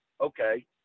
okay